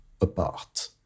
apart